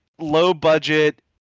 Low-budget